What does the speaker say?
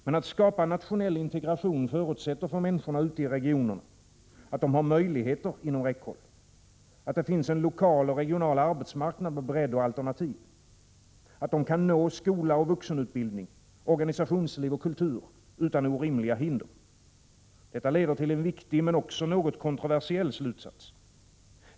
Men att skapa nationell integration förutsätter för människorna ute i regionerna att de har möjligheter inom räckhåll, att det finns en lokal och regional arbetsmarknad med bredd och alternativ, att de kan nå skola och vuxenutbildning, organisationsliv och kultur utan orimliga hinder. Detta leder till en viktig men också något kontroversiell slutsats.